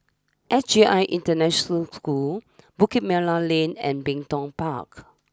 S J I International School Bukit Merah Lane and Ming tongPark